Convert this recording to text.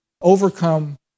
overcome